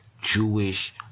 Jewish